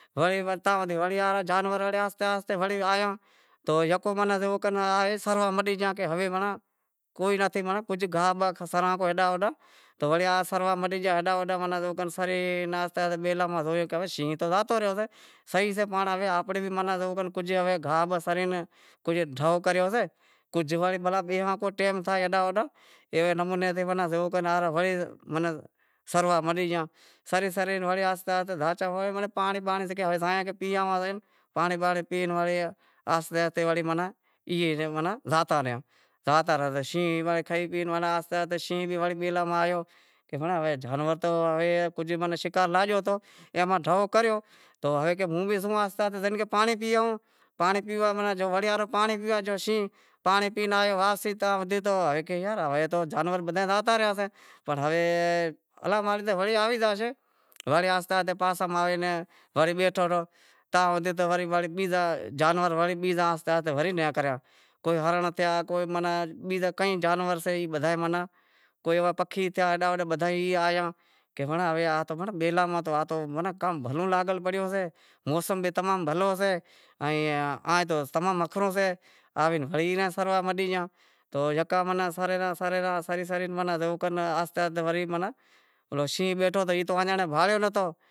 وڑی کو زانور آہستے آہستے آیا تو جانڑے سروا مٹیا، پسے ماناں بیزا کوئی نتھی ہوے ماناں گاہ باہ سراں ہیڈاں ہوڈاں تو وڑے سروا مٹے گیا ہیڈاں ہوڈاں زیووکر سرے بیلاں ماں زوئے کرے شینہں تو زاتو رہیو سئے صحیح سئے کہ آپیں پنڑ زیوو کر گاہ باہ سرے کجھ ڈھو کریو سئے، کجھ بھلیں بیہواں کو ٹیم تھے ہیڈاں ہوڈاںایوے نمونے تی وڑے زیوا سروا مٹے گیا سری سری وڑے آہستے آہستے دھاچا، پان زائے پییئے پانڑی بانڑی ہوےزائے پیے آواں۔ پانڑی بانڑی پیئے وڑے ہوے آہستے آہستے ماناں پیئے زاتا رہیا۔ شینہں بھی کھائے پیئے آہستے آہستے وڑے بیلاں ماہ آیو جانور تو ماناں کجھ شکار لاگیو ہتو تے ماں ڈھو کریو ہوے ہوں بھی زوئاں آہستے آہستے پانڑی پیئے آئوں، وڑی پانڑی پی ناں آیو کہ یار ہے تو جانور بدہا ئے زاوتا رہیا سیں ہے اللہ مالک اے آوی وڑی آہستے آہستے پاسے ماں آوے وڑے بیٹھو رہیو، پانڑی بانڑی پیدہو، جانور وڑے آہستے آہستے نیکریا کوئی ہنرنڑ تھیا تو کوئی بیزا کئی جانور تھیا ماناں کوئی پکھی تھیا بدہا ئی آئے ہیڈاں ہوڈاں ماناں بیلاں ماہ تو کام بھلو لاگل پڑیو سئے موسم بھی تمام بھلو سئے ایئں تو تمام متھرو سئے، ایئں تو یکا سرے سرے شینہں تو بیٹھو سے بھارے نتھو۔